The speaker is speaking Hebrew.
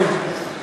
זה מצחיק.